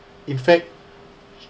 in fact